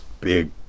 big